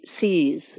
sees